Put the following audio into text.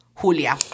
Julia